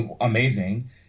amazing